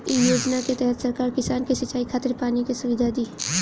इ योजना के तहत सरकार किसान के सिंचाई खातिर पानी के सुविधा दी